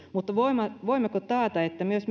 mutta voimmeko taata että myös